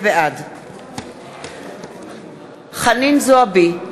בעד חנין זועבי,